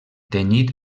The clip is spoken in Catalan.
tenyit